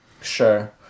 sure